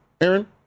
Aaron